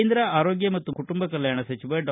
ಕೇಂದ್ರ ಆರೋಗ್ಯ ಮತ್ತು ಕುಟುಂಬ ಕಲ್ಕಾಣ ಸಚಿವ ಡಾ